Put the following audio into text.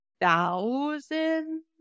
thousand